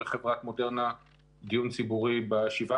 ולחברת "מודרנה" יש דיון ציבורי ב-17